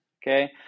Okay